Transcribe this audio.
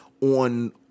on